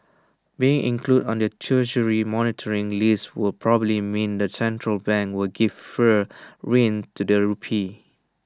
being included on the Treasury's monitoring list will probably mean the central bank will give freer rein to the rupee